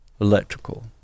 electrical